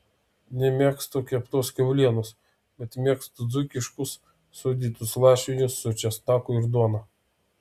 nemėgstu keptos kiaulienos bet mėgstu dzūkiškus sūdytus lašinius su česnaku ir duona